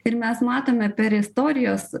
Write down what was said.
ir mes matome per istorijos